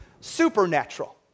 supernatural